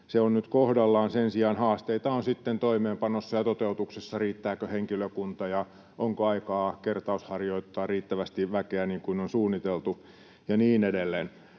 se on nyt kohdallaan. Sen sijaan haasteita on sitten toimeenpanossa ja toteutuksessa, että riittääkö henkilökunta ja onko aikaa kertausharjoittaa riittävästi väkeä, niin kuin on suunniteltu, ja niin edelleen.